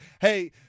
Hey –